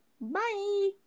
Bye